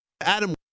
Adam